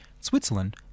Switzerland